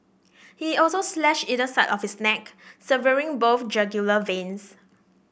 he also slashed either side of his neck severing both jugular veins